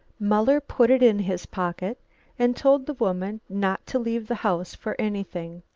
muller put it in his pocket and told the woman not to leave the house for anything,